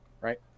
Right